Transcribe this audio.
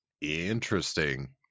Interesting